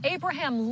Abraham